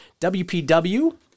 wpw